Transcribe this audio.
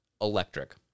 electric